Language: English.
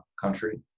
country